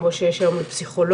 כמו שיש היום לפסיכולוגים.